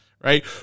right